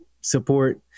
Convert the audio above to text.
support